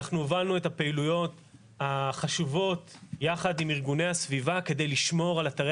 הובלנו את הפעילויות החשובות יחד עם ארגוני הסביבה כדי לשמור על אתרי